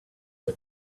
for